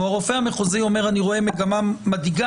או שהרופא המחוזי אומר שהוא רואה מגמה מדאיגה,